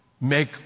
Make